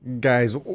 Guys